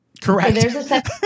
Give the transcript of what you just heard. Correct